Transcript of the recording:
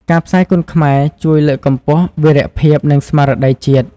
ការផ្សាយគុនខ្មែរជួយ លើកកម្ពស់ វីរភាព និងស្មារតីជាតិ។